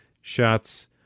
shots